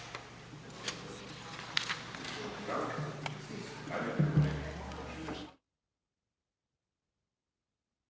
Hvala vam